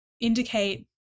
indicate